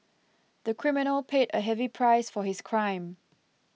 the criminal paid a heavy price for his crime